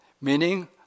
meaning